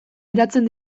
eratzen